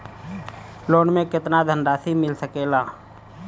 Loan मे केतना धनराशी मिल सकेला?